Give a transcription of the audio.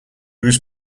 was